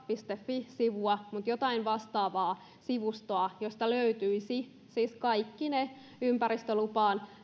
fi sivua mutta jotain vastaavaa sivustoa josta löytyisi siis kaikki ne ympäristölupaan